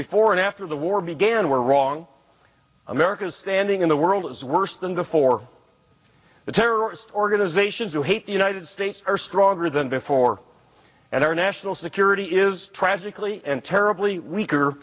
before and after the war began were wrong america's standing in the world is worse than before the terrorist organizations who hate the united states are stronger than before and our national security is tragically and terribly weaker